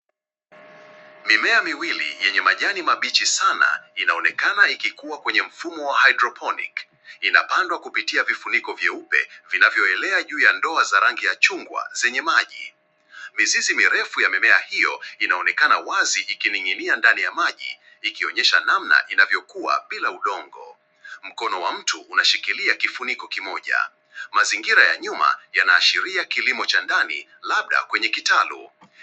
Mimea miwili yenye majani mabichi sana inaonekana ikikua kwenye mfumo wa hydroponic . Ina pandwa kupitia vifuniko vyeupe vinavyoelea juu ya ndoo za rangi ya chungwa zenye maji. Mizizi mirefu ya mimea hiyo inaonekana wazi ikining'inia ndani ya maji ikionyesha namna inavyokua bila udongo. Mkono wa mtu unashikilia kifuniko kimoja. Mazingira ya nyuma yanaashiria kilimo cha ndani labda kwenye kitaalumu.